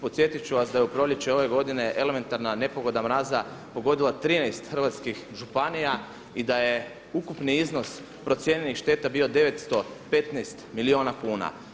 Podsjetit ću vas da je u proljeće ove godine elementarna nepogoda mraza pogodila 13 hrvatskih županija i da je ukupni iznos procijenjenih šteta bio 915 milijuna kuna.